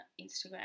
Instagram